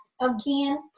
again